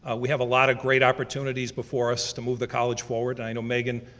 ah we have a lot of great opportunities before us to move the college forward. and i know meghan,